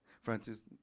Francis